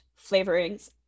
flavorings